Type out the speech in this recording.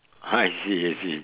ha I see I see